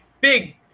big